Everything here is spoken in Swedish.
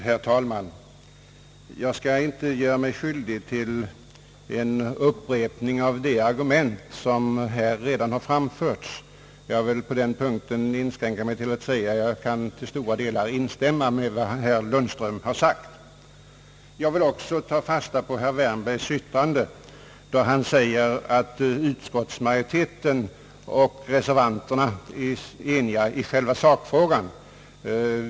Herr talman! Jag skall inte göra mig skyldig till en upprepning av de argument som redan framförts. Jag vill på den punkten inskränka mig till att i det stora hela instämma med herr Lundström. Jag vill också ta fasta på vad herr Wärnberg säger om att utskottsmajoriteten och reservanterna är eniga i själva sakfrågan.